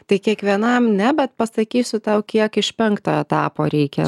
tai kiekvienam ne bet pasakysiu tau kiek iš penkto etapo reikia